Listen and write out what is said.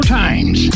times